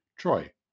Troy